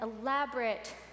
elaborate